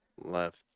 left